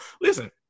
listen